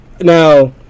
Now